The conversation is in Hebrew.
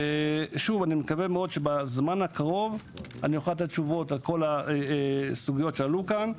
אני מקווה מאוד שבזמן הקרוב אני אוכל לתת תשובות לכל הסוגיות שעלו כאן,